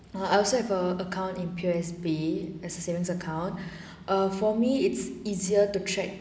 ah I also have a account in P_O_S_B as a savings account err for me it's easier to track